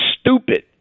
stupid